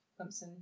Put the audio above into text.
Clemson